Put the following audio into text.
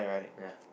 ya